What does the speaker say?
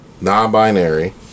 non-binary